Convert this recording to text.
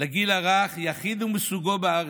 לגיל הרך, יחיד מסוגו בארץ,